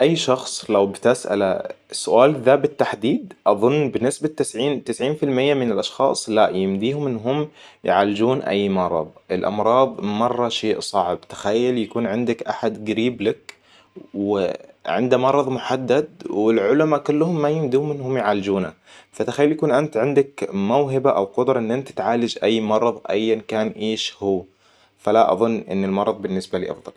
أي شخص لو بتسأله السؤال ذا بالتحديد أظن بنسبة تسعين - تسعين في المية من الاشخاص لأ يمديهم إن هم يعالجون أي مرض الأمراض مرة شيء صعب تخيل يكون عندك أحد قريب لك وعنده مرض محدد والعلما كلهم ما يمدون إنهم يعالجونه فتخيل يكون إنت عندك موهبة أو قدرة إن إنت تعالج أي مرض أياً كان إيش هو. فلا أظن إن المرض بالنسبة لي افضل